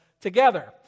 together